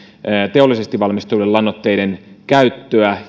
teollisesti valmistettavien lannoitteiden käyttöä